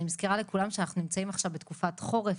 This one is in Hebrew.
אני מזכירה לכולם שאנחנו נמצאים עכשיו בתקופת חורף,